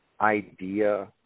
idea